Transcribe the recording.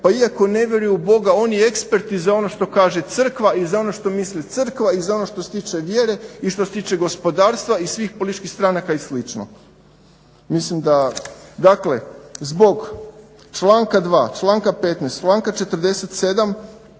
pa iako ne vjeruje u Boga on je ekspert i za ono što kaže crkva i za ono što misli crkva i za ono što se tiče vjere i što se tiče gospodarstva i svih političkih stranaka i slično. Dakle zbog članka 2., članka 15., članka 47.